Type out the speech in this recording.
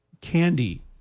Candy